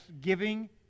giving